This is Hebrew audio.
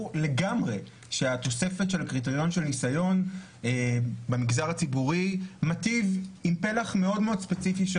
לגמרי שהתוספת של נסיון במגזר הציבורי מיטיב עם פלח מאד ספציפי של